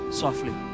softly